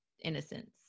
innocence